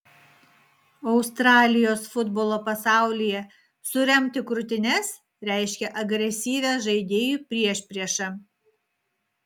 australijos futbolo pasaulyje suremti krūtines reiškia agresyvią žaidėjų priešpriešą